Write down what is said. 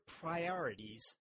priorities